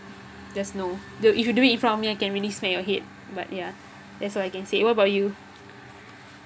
just no the if you do it in front of me I can really smack your head but ya that's all I can say what about you